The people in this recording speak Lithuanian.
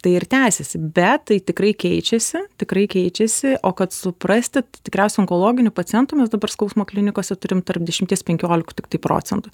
tai ir tęsiasi bet tai tikrai keičiasi tikrai keičiasi o kad suprasti tikriausiai onkologinių pacientų mes dabar skausmo klinikose turim tarp dešimties penkiolika tiktai procentų